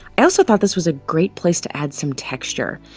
also thought, this was a great place to add some texture,